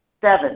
Seven